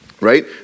right